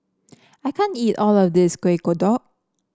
I can't eat all of this Kuih Kodok